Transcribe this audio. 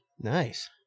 Nice